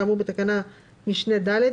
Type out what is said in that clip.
כאמור בתקנת משנה (ד),